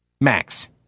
Max